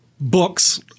books